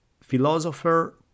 philosopher